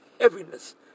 heaviness